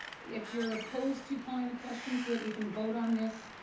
if you're opposed to calling the question so that we can vote on this